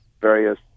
various